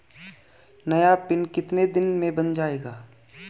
नया पिन कितने दिन में बन जायेगा?